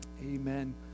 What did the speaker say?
Amen